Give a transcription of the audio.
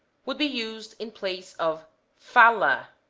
would be used in place of fala